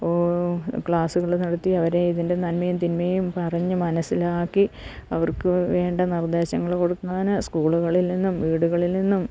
ക്ലാസുകള് നടത്തി അവരെ ഇതിൻ്റെ നന്മയും തിന്മയും പറഞ്ഞ് മനസ്സിലാക്കി അവർക്ക് വേണ്ട നിർദ്ദേശങ്ങള് കൊടുക്കാന് സ്കൂളുകളിൽ നിന്നും വീടുകളിൽ നിന്നും